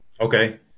Okay